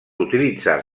utilitzar